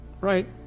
right